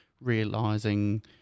realizing